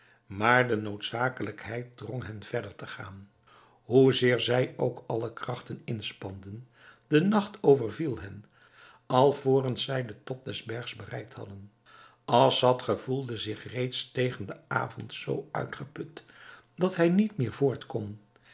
maar de noodzakelijkheid drong hen verder te gaan hoezeer zij ook alle krachten inspanden de nacht overviel hen alvorens zij den top des bergs bereikt hadden assad gevoelde zich reeds tegen den avond zoo uitgeput dat hij niet meer